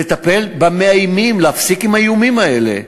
לטפל במאיימים להפסיק את האיומים האלה.